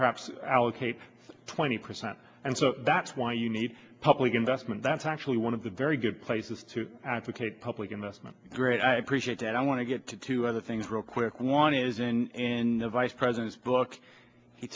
perhaps allocate twenty percent and so that's why you need public investment that's actually one of the very good places to advocate public investment grade i appreciate that i want to get to two other things real quick one is in the vice president's book he